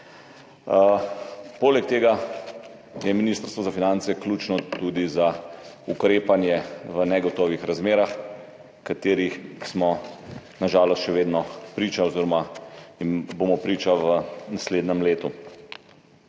Poleg tega je Ministrstvo za finance ključno tudi za ukrepanje v negotovih razmerah, katerim smo na žalost še vedno priča oziroma jim bomo priča v naslednjem letu.